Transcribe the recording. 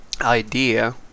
idea